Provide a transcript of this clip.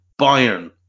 Bayern